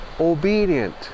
obedient